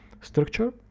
structure